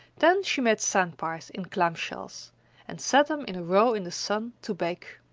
then she made sand-pies in clam-shells and set them in a row in the sun to bake.